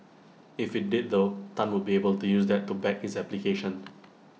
if IT did though Tan would be able to use that to back his application